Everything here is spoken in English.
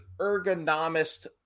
ergonomist